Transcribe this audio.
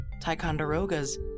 Ticonderoga's